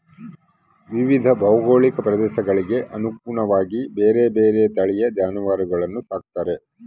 ವಿವಿಧ ಭೌಗೋಳಿಕ ಪ್ರದೇಶಗಳಿಗೆ ಅನುಗುಣವಾಗಿ ಬೇರೆ ಬೇರೆ ತಳಿಯ ಜಾನುವಾರುಗಳನ್ನು ಸಾಕ್ತಾರೆ